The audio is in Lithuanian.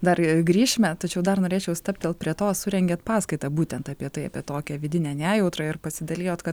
dar grįšime tačiau dar norėčiau stabtelti prie to surengėt paskaitą būtent apie tai apie tokią vidinę nejautrą ir pasidalijot kad